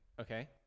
Okay